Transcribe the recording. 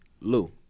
Lou